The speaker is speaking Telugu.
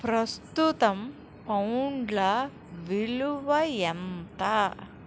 ప్రస్తుతం పౌండ్ల విలువ ఎంత